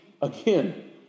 again